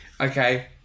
okay